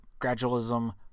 gradualism